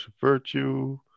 Virtue